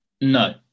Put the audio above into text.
No